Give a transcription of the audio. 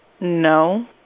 no